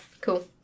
cool